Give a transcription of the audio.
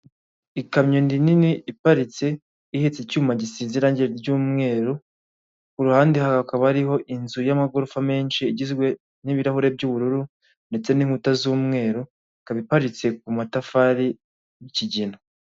Ikamyo nini iparitse, ihetse icyuma gisize irangi ry'umweru, ku ruhande hakaba hari inzu y'amagorofa menshi igizwe n'ibirahuri by'ubururu ndetse n'inkuta z'umweru, ikaba iparitse ku matafari y'ikigina.